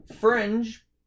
Fringe